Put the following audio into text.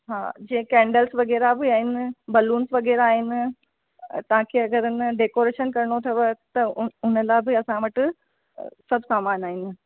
हा जीअं कैंडल्स वग़ैरह बि आहिनि बलूंस वग़ैरह आहिनि तव्हांखे अगरि न डेकोरेशन करिणो अथव त उन लाइ बि असां वटि सभु सामान आहिनि